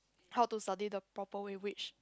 how to study the proper way which